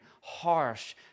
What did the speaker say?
harsh